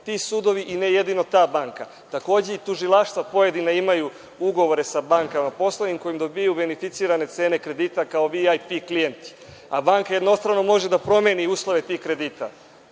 ti sudovi i ne jedino ta banka. Takođe i pojedina tužilaštva imaju ugovore sa bankama poslovnim od kojih dobijaju beneficirane cene kredita kao „vip“ klijenti. Banka jednostrano može da promeni uslove tih kredita. Tako